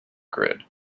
grid